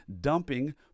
Dumping